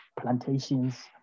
plantations